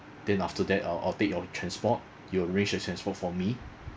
then after that I'll I'll take your transport you'll arrange a transport for me